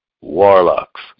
warlocks